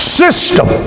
system